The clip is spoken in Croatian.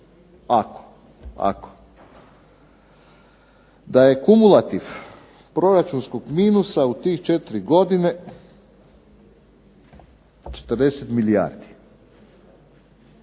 ako, ako. Da je kumulativ proračunskog minusa u tih 4 godine 40 milijardi.